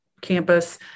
campus